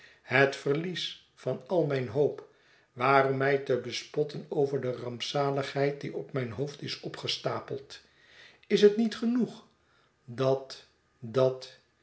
het verlies van al mijn hoop waarom mij te bespotten over de rampzaligheid die op mijn hoofd is opgestapeld is het niet genoeg dat dat